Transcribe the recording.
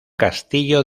castillo